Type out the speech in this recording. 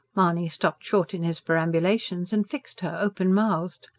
mahony stopped short in his perambulations and fixed her, open-mouthed.